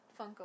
Funko